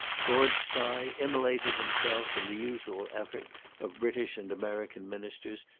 lord skye immolated himself in the usual effort of british and american ministers,